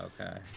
Okay